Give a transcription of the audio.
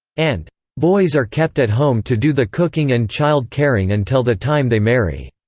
and boys are kept at home to do the cooking and child caring until the time they marry.